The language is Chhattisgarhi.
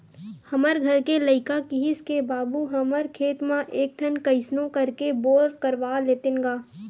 हमर घर के लइका किहिस के बाबू हमर खेत म एक ठन कइसनो करके बोर करवा लेतेन गा